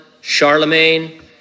Charlemagne